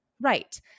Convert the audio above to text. right